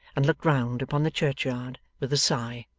and looked round upon the churchyard with a sigh.